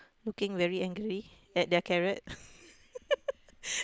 looking very angry at their carrot